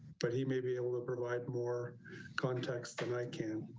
but he may be able to provide more context than i can.